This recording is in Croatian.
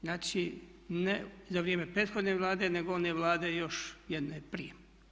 Znači, ne za vrijeme prethodne Vlade nego one Vlade još jedne prije.